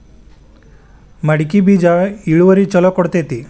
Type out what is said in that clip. ಮಡಕಿ ಬೇಜ ಇಳುವರಿ ಛಲೋ ಕೊಡ್ತೆತಿ?